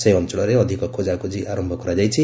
ସେହି ଅଞ୍ଚଳରେ ଅଧିକ ଖୋଜାଖୋଜି ଆରମ୍ଭ କରାଯାଇଛି